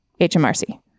HMRC